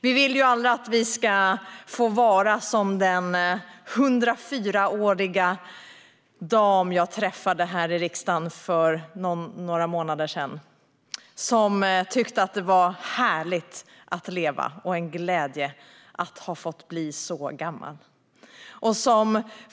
Vi vill ju alla att vi ska få vara som den 104-åriga dam jag träffade här i riksdagen för några månader sedan, som tyckte att det var härligt att leva och en glädje att ha fått bli så gammal.